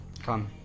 Come